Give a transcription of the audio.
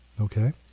Okay